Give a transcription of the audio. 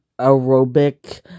aerobic